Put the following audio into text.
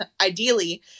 ideally